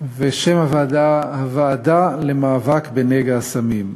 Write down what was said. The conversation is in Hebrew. ושמה הוועדה למאבק בנגע הסמים.